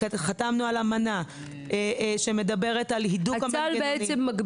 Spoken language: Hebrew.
חתמנו על אמנה שמדברת על הידוק המנגנונים.